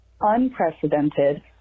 unprecedented